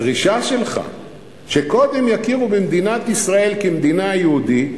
הדרישה שלך שקודם יכירו במדינת ישראל כמדינה יהודית